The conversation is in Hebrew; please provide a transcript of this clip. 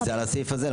זה על הסעיף הזה.